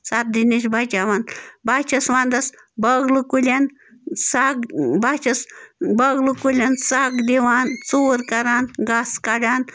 سردی نِش بَچاوان بہٕ حظ چھَس وَنٛدَس بٲگلہٕ کُلٮ۪ن سَگ بہٕ حظ چھَس بٲگلہٕ کُلٮ۪ن سَگ دِوان ژوٗر کَران گاسہٕ کَڑان